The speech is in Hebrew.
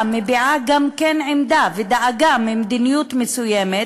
מביעה גם כן עמדה ודאגה ממדיניות מסוימת,